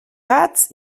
gats